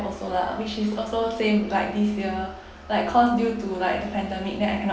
also lah which is also same like this year like cause due to like pandemic then I cannot